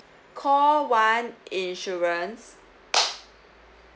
call one insurance